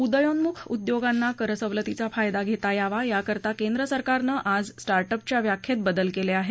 उदयोन्मुख उद्योगांना करसवलतीचा फायदा घेता यावा याकरता केंद्रसरकारनं आज स्टार्टअप च्या व्याख्येत बदल केले आहेत